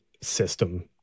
system